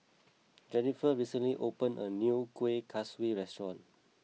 Jenniffer recently opened a new Kueh Kaswi restaurant